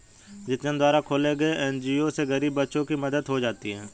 जितेंद्र द्वारा खोले गये एन.जी.ओ से गरीब बच्चों की मदद हो जाती है